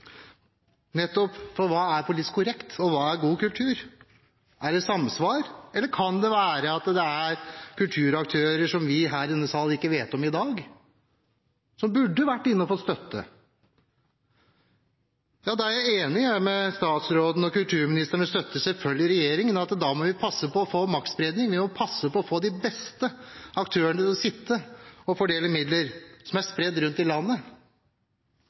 Hva er god kultur? Er det samsvar, eller kan det være at det er kulturaktører som vi i denne sal ikke vet om i dag, som burde ha vært innenfor og fått støtte? Jeg er enig med kulturministeren – og støtter selvfølgelig regjeringen – i at vi må passe på å få maktspredning ved å passe på at vi får de beste aktørene til å sitte og fordele midler, slik at midlene blir spredd rundt i landet.